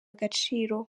agaciro